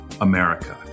America